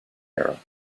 era